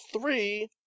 three